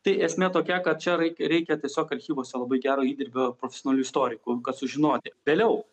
tai esmė tokia kad čia reik reikia tiesiog archyvuose labai gero įdirbio profesionalių istorikų kad sužinoti vėliau